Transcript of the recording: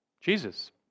Jesus